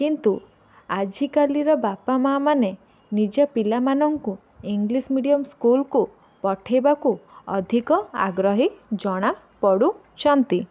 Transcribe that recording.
କିନ୍ତୁୁ ଆଜିକାଲିର ବାପାମାଆମାନେ ନିଜ ପିଲାମାନଙ୍କୁ ଇଂଲିଶ ମିଡିୟମ୍ ସ୍କୁଲ୍କୁ ପଠାଇବାକୁ ଅଧିକ ଆଗ୍ରହୀ ଜଣାପଡ଼ୁଛନ୍ତି